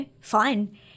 fine